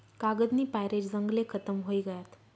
कागदनी पायरे जंगले खतम व्हयी गयात